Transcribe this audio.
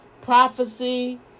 prophecy